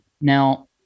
now